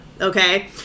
Okay